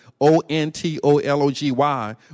O-N-T-O-L-O-G-Y